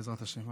בעזרת השם,